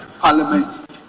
Parliament